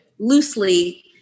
loosely